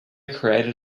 created